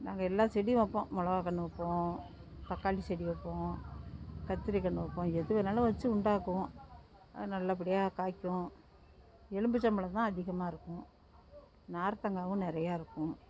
நாங்கள் எல்லா செடியும் வைப்போம் மிளகா கன்று வைப்போம் தக்காளிசெடி வைப்போம் கத்திரி கன்று வைப்போம் எது வேணுனாலும் வச்சு உண்டாக்குவோம் அது நல்லபடியாக காய்க்கும் எலும்மிச்சம் பழந்தான் அதிகமாக இருக்கும் நார்த்தங்காயும் நிறையா இருக்கும்